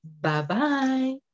Bye-bye